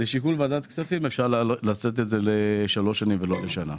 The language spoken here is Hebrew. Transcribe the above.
לשיקול ועדת הכספים אפשר לעשות את זה לשלוש שנים ולא לשנה.